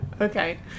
Okay